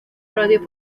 radio